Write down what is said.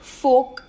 folk